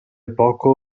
poco